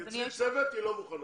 אבל היא לא מוכנה.